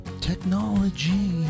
technology